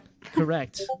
correct